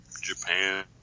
Japan